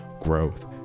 growth